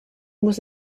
muss